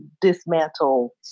dismantle